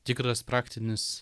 tikras praktinis